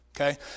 Okay